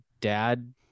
dad